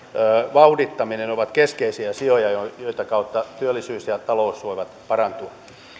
vauhdittaminen ovat keskeisiä asioita joiden kautta työllisyys ja talous voivat parantua